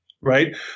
right